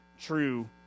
true